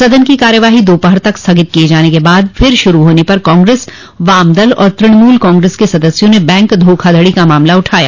सदन की कार्यवाही दोपहर तक स्थगित किये जाने के बाद फिर शुरू होने पर कांग्रेस वामदल और तुणमूल कांग्रेस के सदस्यों ने बैंक धोखाधड़ी का मामला उठाया